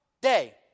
Day